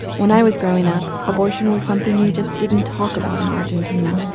when i was growing up, abortion was something you just didn't talk about in argentina,